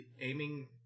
aiming